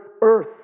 earth